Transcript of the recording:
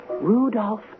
Rudolph